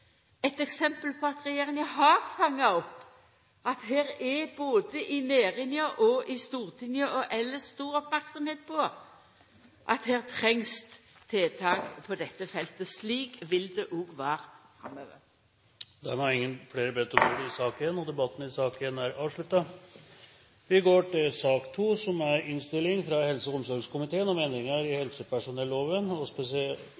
eit eksempel på at regjeringa har fanga opp at det både i næringa og i Stortinget og elles er stor merksemd på at her trengst det tiltak på dette feltet. Slik vil det òg vera framover Flere har ikke bedt om ordet til sak nr. 1. Her foreligger det ikke noe forslag til debattopplegg. Det er så langt én inntegnet taler, og det er sakens ordfører, representanten Sonja Mandt, som